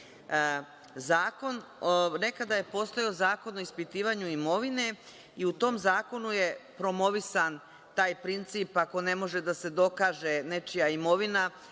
briše. Nekada je postojao zakon o ispitivanju imovine i u tom zakonu je promovisan taj princip – ako ne može da se dokaže poreklo nečije imovine,